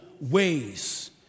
ways